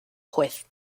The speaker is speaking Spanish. juez